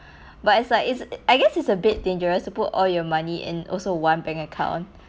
but it's like it's I guess is a bit dangerous to put all your money in also one bank account